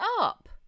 up